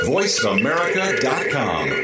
VoiceAmerica.com